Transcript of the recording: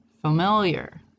familiar